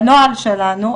בנוהל שלנו,